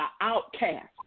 outcast